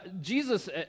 Jesus